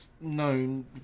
known